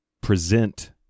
present